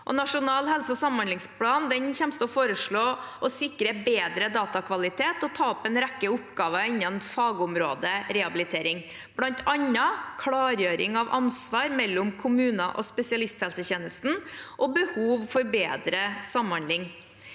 Nasjonal helse- og samhandlingsplan kommer til å foreslå å sikre bedre datakvalitet og ta opp en rekke oppgaver innen fagområdet rehabilitering, bl.a. klargjøring av ansvar mellom kommuner og spesialisthelsetjenesten og behov for bedre samhandling.